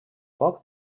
poc